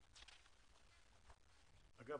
אגב,